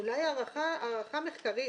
אולי "הערכה מחקרית".